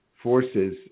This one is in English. forces